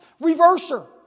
reverser